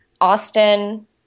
Austin